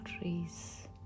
trees